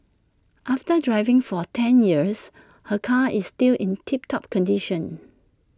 after driving for ten years her car is still in tip top condition